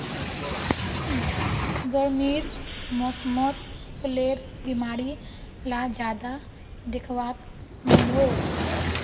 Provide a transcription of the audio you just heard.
गर्मीर मौसमोत फुलेर बीमारी ला ज्यादा दखवात मिलोह